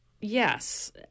Yes